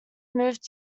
moved